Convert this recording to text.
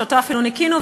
שאותו אפילו ניקינו,